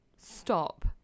stop